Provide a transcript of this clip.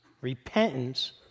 repentance